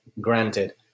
Granted